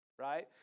Right